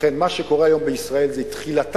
לכן, מה שקורה היום בישראל זו תחילתה